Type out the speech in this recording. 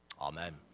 Amen